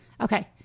okay